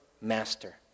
master